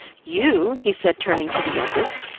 you he said, turning to the youngest,